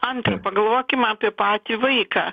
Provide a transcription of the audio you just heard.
antra pagalvokim apie patį vaiką